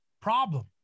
problem